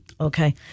Okay